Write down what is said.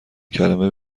کلمه